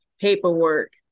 paperwork